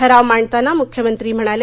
ठराव मांडताना मुख्यमंत्री म्हणाले